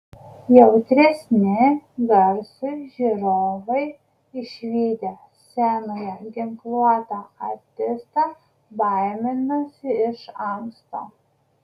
jautresni garsui žiūrovai išvydę scenoje ginkluotą artistą baiminasi iš anksto